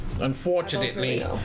unfortunately